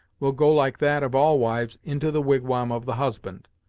will go like that of all wives, into the wigwam of the husband.